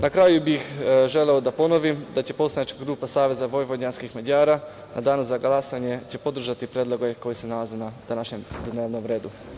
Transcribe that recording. Na kraju bih želeo da ponovim da će poslanička grupa SVM u danu za glasanje podržati predloge koji se nalaze na današnjem dnevnom redu.